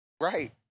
Right